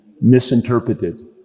misinterpreted